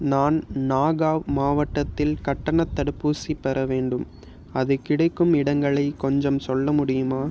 நான் நாகாவ் மாவட்டத்தில் கட்டணத் தடுப்பூசி பெற வேண்டும் அது கிடைக்கும் இடங்களை கொஞ்சம் சொல்ல முடியுமா